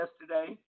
yesterday